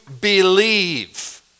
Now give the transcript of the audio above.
believe